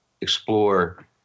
explore